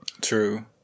True